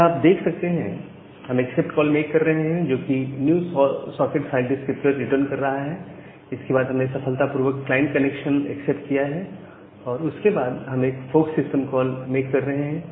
यहां आप देखते हैं कि हम एक्सेप्ट कॉल मेक कर रहे हैं जो कि new socket file descriptor return कर रहा है इसके बाद हमने सफलतापूर्वक क्लाइंट कनेक्शन एक्सेप्ट किया है और उसके बाद हम एक फोर्क सिस्टम कॉल मेक कर रहे हैं